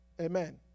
Amen